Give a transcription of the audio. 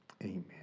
amen